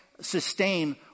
sustain